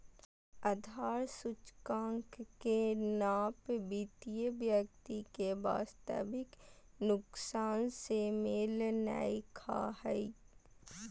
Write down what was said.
आधार सूचकांक के नाप बीमित व्यक्ति के वास्तविक नुकसान से मेल नय खा हइ